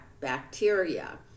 bacteria